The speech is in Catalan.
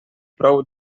prou